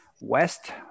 West